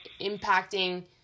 impacting